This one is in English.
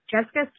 Jessica